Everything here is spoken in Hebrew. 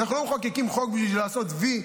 אנחנו לא מחוקקים חוק בשביל לעשות וי.